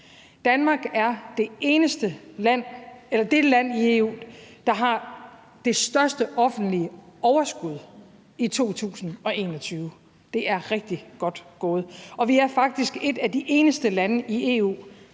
Danmark er det land i EU, der har det største offentlige overskud i 2021. Det er rigtig godt gået. Og vi er faktisk et af de eneste lande i EU,